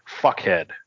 fuckhead